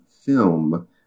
film